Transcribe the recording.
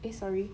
eh sorry